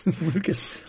Lucas